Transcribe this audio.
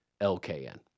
LKN